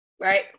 Right